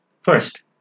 First